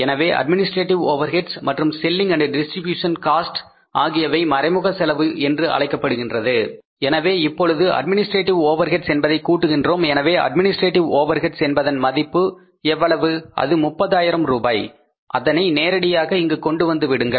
எனவே administrative overheads மற்றும் selling and distribution cost ஆகியவை மறைமுக செலவு என்று அழைக்கப்படுகின்றது எனவே இப்பொழுது அட்மினிஸ்ட்ரேட்டிவ் ஓவர்ஹெட்ஸ் என்பதை கூட்டுகின்றோம் எனவே அட்மினிஸ்ட்ரேட்டிவ் ஓவர்ஹெட்ஸ் என்பதன் மதிப்பு எவ்வளவு அது 30 ஆயிரம் ரூபாய் இதை நேரடியாக இங்கு கொண்டு வந்து விடுங்கள்